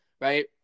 right